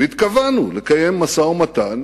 והתכוונו, לקיים משא-ומתן